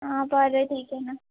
हां बरं ठीक आहे ना